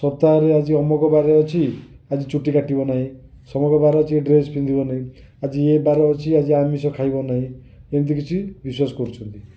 ସପ୍ତାହ ରେ ଆଜି ଅମୁକ ବାର ଅଛି ଆଜି ଚୁଟି କାଟିବ ନାହିଁ ସମୂକ ବାର ଅଛି ଡ୍ରେସ ପିନ୍ଧିବ ନାହିଁ ଆଜି ଏ ବାର ଅଛି ଆଜି ଆମିଷ ଖାଇବ ନାହିଁ ଏମିତି କିଛି ବିଶ୍ୱାସ କରୁଛନ୍ତି